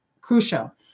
Crucial